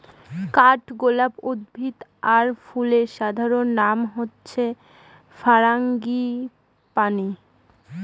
কাঠগলাপ উদ্ভিদ আর ফুলের সাধারণ নাম হচ্ছে ফারাঙ্গিপানি